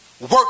Work